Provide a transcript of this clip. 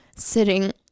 sitting